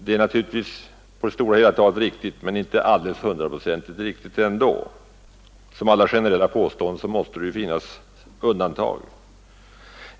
Det är naturligtvis på det hela taget riktigt, men ändå inte hundraprocentigt riktigt. Liksom när det gäller alla generella påståenden måste det finnas undantag.